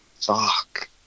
Fuck